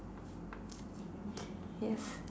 yes